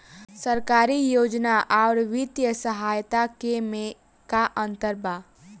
सरकारी योजना आउर वित्तीय सहायता के में का अंतर बा?